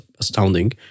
astounding